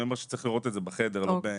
אני אומר שצריך לראות את זה בחדר ולא כאן.